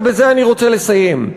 ובזה אני רוצה לסיים: